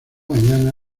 mañana